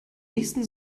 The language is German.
nächsten